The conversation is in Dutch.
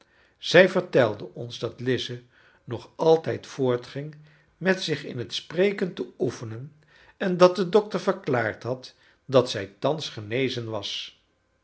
zij vertelde ons dat lize nog altijd voortging met zich in het spreken te oefenen en dat de dokter verklaard had dat zij thans genezen was